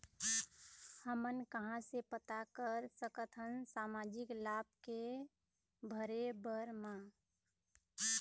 हमन कहां से पता कर सकथन सामाजिक लाभ के भरे बर मा?